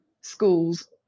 schools